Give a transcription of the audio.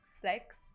Flex